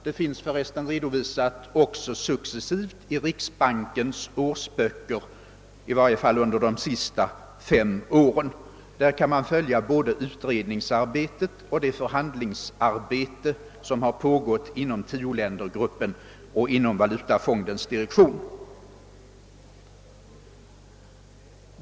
Den redovisas för övrigt också successivt i riksbankens årsböcker, i varje fall under de senaste fem åren; där kan man följa både utredningsarbetet och det förhandlingsarbete som har pågått inom 10-ländergruppen och Internationella valutafondens direktion.